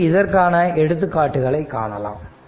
அடுத்து இதற்கான எடுத்துக்காட்டுகளைக் காணலாம்